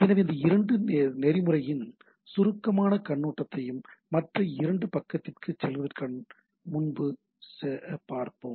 எனவே இந்த 2 நெறிமுறையின் சுருக்கமான கண்ணோட்டத்தையும் மற்ற அடுக்கு பக்கத்திற்குச் செல்வதற்கு முன்பு பார்ப்போம்